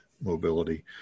mobility